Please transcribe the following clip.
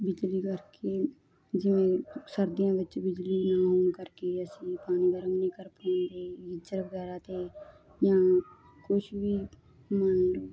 ਬਿਜਲੀ ਕਰਕੇ ਜਿਵੇਂ ਸਰਦੀਆਂ ਵਿੱਚ ਬਿਜਲੀ ਨਾ ਹੋਣ ਕਰਕੇ ਅਸੀਂ ਪਾਣੀ ਗਰਮ ਨਹੀਂ ਕਰ ਪਾਉਂਦੇ ਗੀਜਰ ਵਗੈਰਾ ਤੇ ਯਾ ਕੁਛ ਵੀ ਨਾ